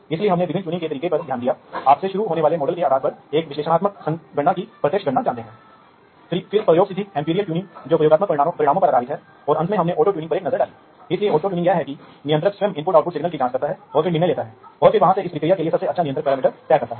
इसलिए हम फील्डबस का उपयोग कर रहे हैं आप दोनों संचार की गति बढ़ाते हैं जिससे आप बड़ी मात्रा में डेटा को छोटे समय में एक्सचेंज कर सकते हैं और आप उन्हें मज़बूती से एक्सचेंज कर सकते हैं